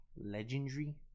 Legendary